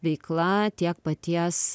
veikla tiek paties